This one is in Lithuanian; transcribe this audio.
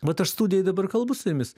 vat aš studijoj dabar kalbu su jumis